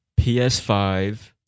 PS5